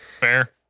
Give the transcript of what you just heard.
Fair